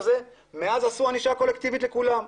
זה ומאז עשו ענישה קולקטיבית לכולם.